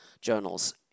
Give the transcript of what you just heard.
journals